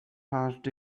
heart